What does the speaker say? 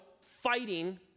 fighting